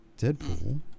Deadpool